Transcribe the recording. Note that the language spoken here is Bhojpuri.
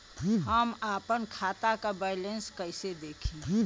हम आपन खाता क बैलेंस कईसे देखी?